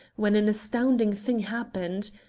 when an astounding thing happened.